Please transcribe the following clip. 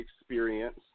experience